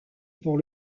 pour